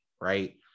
right